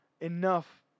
enough